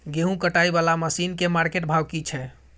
गेहूं कटाई वाला मसीन के मार्केट भाव की छै?